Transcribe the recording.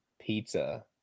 pizza